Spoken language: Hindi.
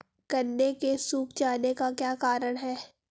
गन्ने के सूख जाने का क्या कारण है?